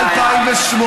זה היה ב-2008,